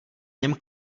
něm